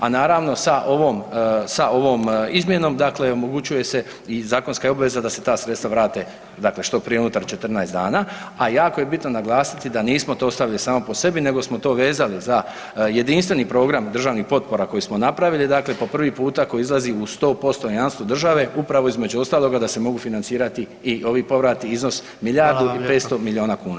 A naravno sa ovom izmjenom omogućuje se zakonska je obveza da se ta sredstva vrate što prije unutar 14 dana, a jako je bitno naglasiti da nismo to ostavili samo po sebi nego smo to vezali za jedinstveni program državnih potpora koji smo napravili po prvi puta, koji izlazi u 100% jamstvu države, upravo između ostaloga da se mogu financirati i ovi povrati iznos milijardu i 500 milijuna kuna.